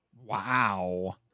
Wow